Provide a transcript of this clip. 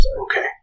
Okay